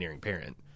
parent